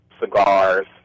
cigars